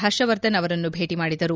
ಹರ್ಷವರ್ಧನ್ ಅವರನ್ನು ಭೇಟ ಮಾಡಿದ್ದರು